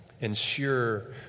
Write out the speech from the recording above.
Ensure